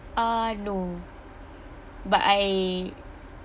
uh no but I